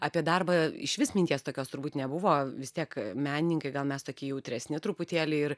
apie darbą išvis minties tokios turbūt nebuvo vis tiek menininkai gal mes tokie jautresni truputėlį ir